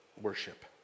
Worship